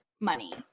money